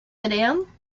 madam